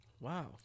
Wow